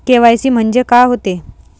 KYC म्हंनजे का होते?